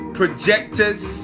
projectors